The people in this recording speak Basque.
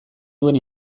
duen